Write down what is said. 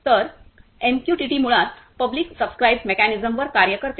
तर एमक्यूटीटी मुळात public subscribe mechanism वर कार्य करते